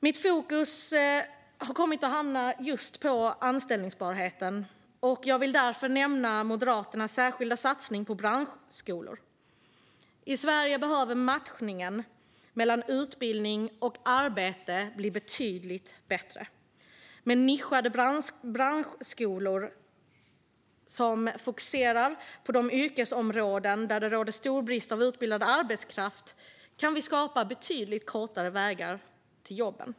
Mitt fokus har kommit att hamna just på anställbarheten, och jag vill därför nämna Moderaternas särskilda satsning på branschskolor. I Sverige behöver matchningen mellan utbildning och arbete bli betydligt bättre. Med nischade branschskolor som fokuserar på de yrkesområden där det råder stor brist på utbildad arbetskraft kan vi skapa betydligt kortare vägar till jobben.